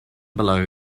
below